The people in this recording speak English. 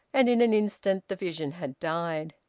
and in an instant the vision had died.